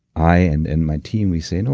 i and and my team, we say, you know